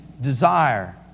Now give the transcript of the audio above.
desire